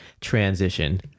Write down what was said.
transition